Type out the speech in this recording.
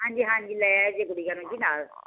ਹਾਂਜੀ ਹਾਂਜੀ ਲੈ ਆਇਓ ਜੀ ਗੁੜੀਆ ਨੂੰ ਨਾਲ